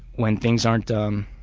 when things aren't um